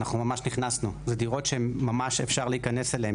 אלו דירות שממש אפשר להיכנס אליהן,